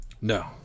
No